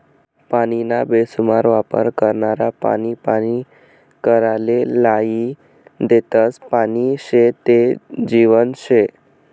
पानीना बेसुमार वापर करनारा पानी पानी कराले लायी देतस, पानी शे ते जीवन शे